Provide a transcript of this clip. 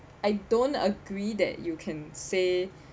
I don't agree that you can say